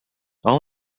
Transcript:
all